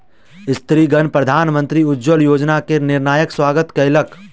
स्त्रीगण प्रधानमंत्री उज्ज्वला योजना के निर्णयक स्वागत कयलक